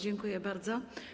Dziękuję bardzo.